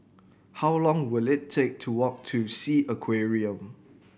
how long will it take to walk to Sea Aquarium